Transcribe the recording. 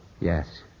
Yes